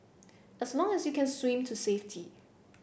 as long as you can swim to safety